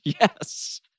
Yes